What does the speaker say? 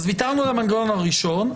ויתרנו על המנגנון הראשון,